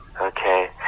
Okay